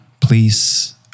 please